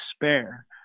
despair